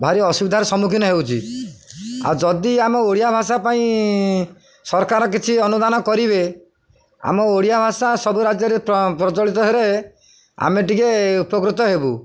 ଭାରି ଅସୁବିଧାର ସମ୍ମୁଖୀନ ହେଉଛି ଆଉ ଯଦି ଆମ ଓଡ଼ିଆ ଭାଷା ପାଇଁ ସରକାର କିଛି ଅନୁଦାନ କରିବେ ଆମ ଓଡ଼ିଆ ଭାଷା ସବୁ ରାଜ୍ୟରେ ପ୍ରଚଳିତ ହେଲେ ଆମେ ଟିକେ ଉପକୃତ ହେବୁ